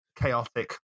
chaotic